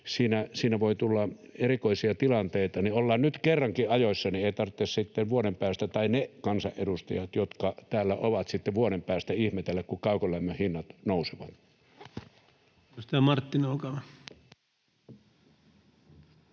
siinä voi tulla erikoisia tilanteita. Ollaan nyt kerrankin ajoissa, niin ei tarvitse sitten vuoden päästä ihmetellä — tai ne kansanedustajat, jotka täällä ovat sitten vuoden päästä — kun kaukolämmön hinnat nousevat.